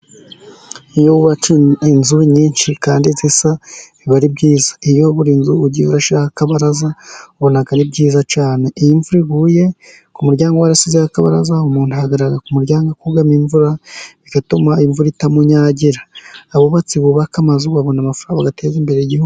Iyo wubatse inzu nyinshi kandi zisa biba ari byiza, iyo buri inzu ugiye urashyiraho akabararaza ubona ari byiza cyane, iyo imvura iguye ku muryango warashyizeho akabaraza umuntu ahagarara ku muryango akugama imvura bigatuma imvura itamunyagira, abubatsi bubaka amazu babona amafaranga bagateza imbere igihugu.